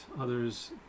Others